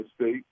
State